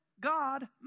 God